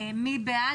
מי בעד?